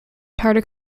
tatar